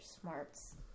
smarts